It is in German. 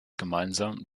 gemeinsam